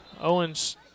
Owens